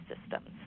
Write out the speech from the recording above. systems